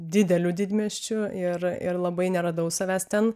dideliu didmiesčiu ir ir labai neradau savęs ten